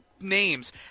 names